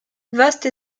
vaste